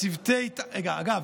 אגב,